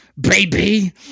baby